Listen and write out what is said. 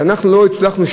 כשאנחנו לא הצלחנו,